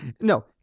no